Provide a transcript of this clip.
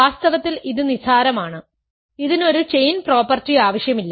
വാസ്തവത്തിൽ ഇത് നിസ്സാരമാണ് ഇതിന് ഒരു ചെയിൻ പ്രോപ്പർട്ടി ആവശ്യമില്ല